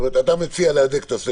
אבל ניצול ציני במערכת הבחירות של נושא